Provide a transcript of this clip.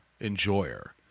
enjoyer